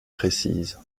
précise